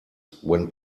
when